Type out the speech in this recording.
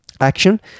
action